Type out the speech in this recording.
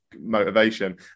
motivation